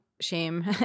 shame